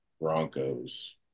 Broncos